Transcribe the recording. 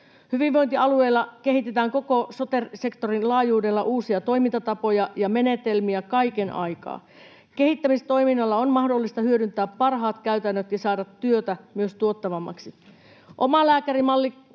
Hyvinvointialueilla kehitetään koko sote-sektorin laajuudella uusia toimintatapoja ja ‑menetelmiä kaiken aikaa. Kehittämistoiminnalla on mahdollista hyödyntää parhaat käytännöt ja myös saada työtä tuottavammaksi. Omalääkärimalli